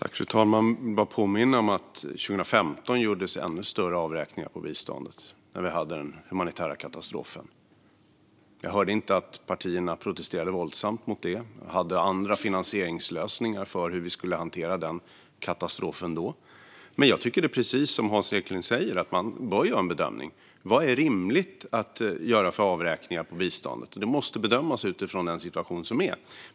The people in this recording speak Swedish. Fru talman! Jag vill bara påminna om att det 2015 gjordes ännu större avräkningar på biståndet, när vi hade den humanitära katastrofen. Jag hörde inte att partierna protesterade våldsamt mot det. Vi hade andra finansieringslösningar för hur vi då skulle hantera den katastrofen. Men jag tycker att det är precis som Hans Eklind säger: Man bör göra en bedömning. Vilka avräkningar på biståndet är det rimligt att göra? Det måste bedömas utifrån den situation som är.